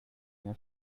your